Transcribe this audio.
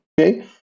okay